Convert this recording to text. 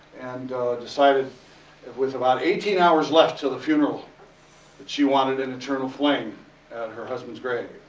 and decided with about eighteen hours left to the funeral that she wanted an eternal flame at her husband's grave.